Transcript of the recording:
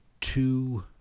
Two